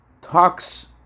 talks